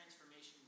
transformation